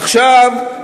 עכשיו,